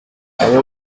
bakaba